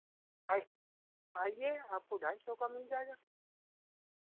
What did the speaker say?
आइए आपको ढाई सौ का मिल जाएगा